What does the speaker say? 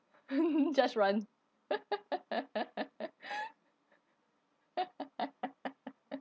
just run